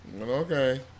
Okay